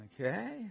Okay